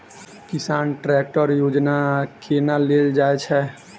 किसान ट्रैकटर योजना केना लेल जाय छै?